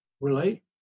relate